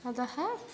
अतः